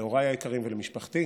להוריי היקרים ולמשפחתי,